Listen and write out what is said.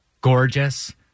gorgeous